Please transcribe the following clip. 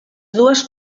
dues